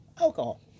alcohol